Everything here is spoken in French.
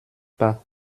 pas